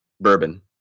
bourbon